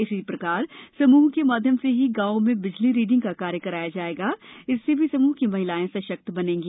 इसी प्रकार समूह के माध्यम से ही ग्रामों में बिजली रीडिंग का कार्य कराया जायेगा इससे भी समूह की महिलाएं सशक्त बनेगी